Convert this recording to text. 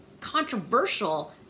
controversial